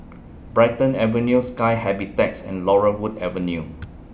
Brighton Avenue Sky Habitats and Laurel Wood Avenue